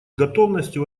готовностью